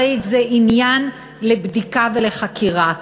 הרי זה עניין לבדיקה ולחקירה.